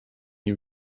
you